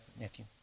Nephew